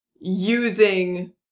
using